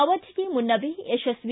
ಅವಧಿಗೆ ಮುನ್ನವೇ ಯಶಸ್ವಿ